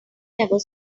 never